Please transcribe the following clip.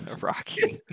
Rocky